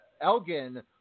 Elgin